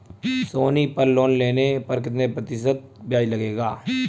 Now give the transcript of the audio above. सोनी पल लोन लेने पर कितने प्रतिशत ब्याज लगेगा?